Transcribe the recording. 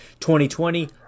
2020